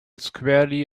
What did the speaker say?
squarely